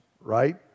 right